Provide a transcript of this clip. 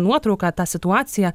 nuotrauką tą situaciją